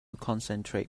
concentrate